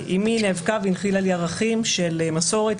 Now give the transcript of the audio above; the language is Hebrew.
אימי נאבקה והנחילה לי ערכים של מסורת,